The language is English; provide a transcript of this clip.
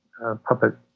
puppet